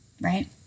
right